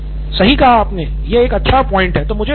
professor सही कहा आपने यह एक अच्छा पॉइंट हैं